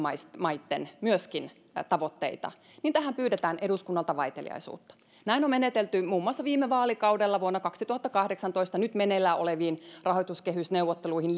maitten tavoitteita niin tähän pyydetään eduskunnalta vaiteliaisuutta näin on menetelty muun muassa viime vaalikaudella vuonna kaksituhattakahdeksantoista nyt meneillään oleviin rahoituskehysneuvotteluihin